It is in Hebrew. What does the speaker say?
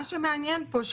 מה שמעניין פה,